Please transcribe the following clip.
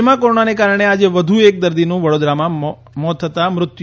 રાજ્યમાં કોરોનાને કારણે આજે વધુ એક દર્દીનું વડોદરામાં મોત થતાં મૃત્યુ